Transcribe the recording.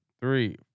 three